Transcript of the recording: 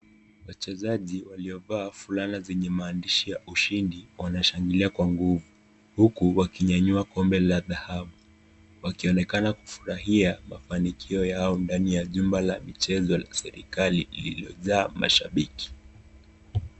Wachezaji waliovaa fulana zenye maandishi ya Ushindi wanashangilia kwa nguvu uku wakinyanyua kombe la dhahabu, wakionekana kufurahia mafanikio yao ndani la jumba la michezo la serikali lililojaa mashambiki.